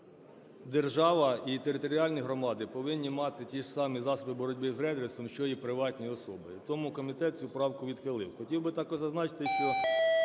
держава, і територіальні громади повинні мати ті ж самі засоби боротьби з рейдерством, що і приватні особи. Тому комітет цю правку відхилив. Хотів би також зазначити, що